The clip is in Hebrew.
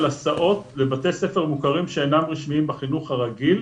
הסעות לבתי ספר מוכרים שאינם רשמיים בחינוך הרגיל,